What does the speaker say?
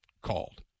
called